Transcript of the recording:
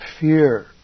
fear